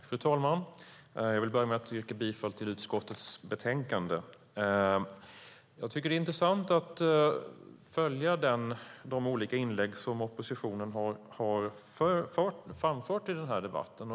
Fru talman! Jag börjar med att yrka bifall till utskottets förslag i betänkandet. Det är intressant att följa de olika inlägg som oppositionen har framfört i debatten.